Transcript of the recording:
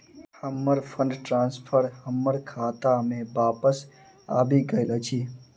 हमर fund transfer हमर खाता मे बापस आबि गइल अछि